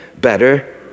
better